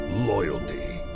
loyalty